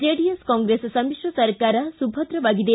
JDS Congress ಸಮಿಕ್ರ ಸರ್ಕಾರ ಸುಭದ್ರವಾಗಿದೆ